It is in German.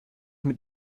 mit